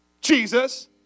Jesus